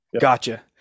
Gotcha